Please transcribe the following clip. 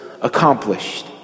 accomplished